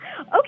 Okay